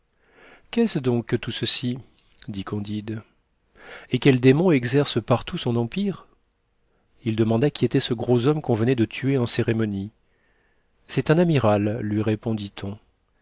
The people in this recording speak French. qu'est-ce donc que tout ceci dit candide et quel démon exerce partout son empire il demanda qui était ce gros homme qu'on venait de tuer en cérémonie c'est un amiral lui répondit-on